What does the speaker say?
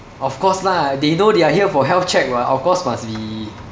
of course lah they know they are here for health check [what] of course must be